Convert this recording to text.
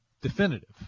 Definitive